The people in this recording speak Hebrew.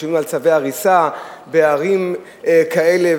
ושומעים על צווי הריסה בערים כאלה,